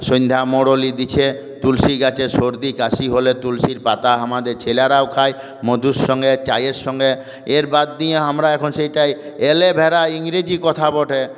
সন্ধ্যা মোরোলি দিছে তুলসি গাছের সর্দিকাশি হলে তুলসির পাতা আমাদের ছেলেরাও খায়ে মধুর সঙ্গে চায়ের সঙ্গে এর বাদ দিয়ে আমরা এখন সেটাই এলেভেরা ইংরেজি কথা বটে